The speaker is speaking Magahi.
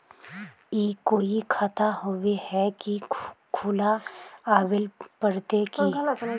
ई कोई खाता होबे है की खुला आबेल पड़ते की?